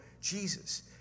Jesus